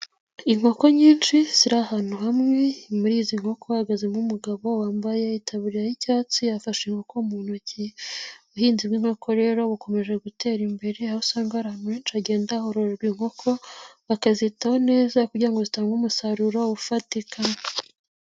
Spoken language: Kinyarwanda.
Inkoko nyinshi ziri ahantu hamwe, muri izi nkoko uhagazemo umugabo wambaye itaburiya ry'icyatsi afashe inkoko mu ntoki. Ubuhinzi bw'inko rero bukomeje gutera imbere aho usangagara murico agendahorororerwa inkoko akazizitaho neza kugira ngo zitange umusaruro ufatika.